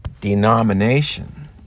denomination